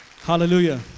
hallelujah